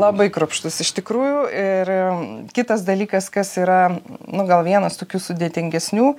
labai kruopštus iš tikrųjų ir kitas dalykas kas yra nu gal vienas tokių sudėtingesnių